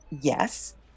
yes